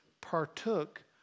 partook